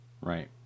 Right